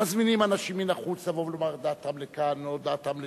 מזמינים אנשים מן החוץ לבוא ולומר את דעתם לכאן או את דעתם לשם,